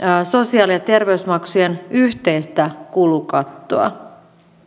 sosiaali ja terveysmaksujen yhteistä kulukattoa